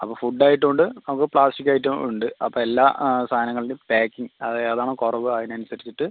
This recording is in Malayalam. അപ്പം ഫുഡ്ഡ് ആയിട്ടും ഉണ്ട് നമുക്ക് പ്ലാസ്റ്റിക്ക് ആയിട്ടും ഉണ്ട് അപ്പം എല്ലാ സാനങ്ങളുടേയും പാക്കിംഗ് അത് ഏത് ആണോ കുറവ് അതിന് അനുസരിച്ചിട്ട്